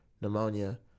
pneumonia